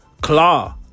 claw